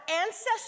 ancestors